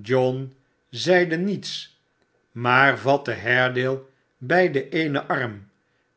john zeide niets maar vatte haredale bij den eenen arm